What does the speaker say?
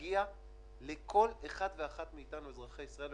אבל על פניו אני לא מכירה שאנשים ביטלו